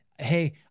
hey